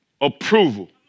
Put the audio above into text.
approval